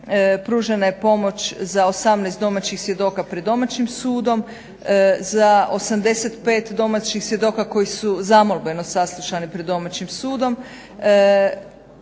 pružena je pomoć za 18 domaćih svjedoka pred domaćim sudom, za 85 domaćih svjedoka koji su zamolbeno saslušani pred domaćim sudom,